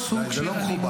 די, די, זה לא מכובד.